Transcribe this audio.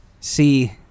see